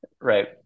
Right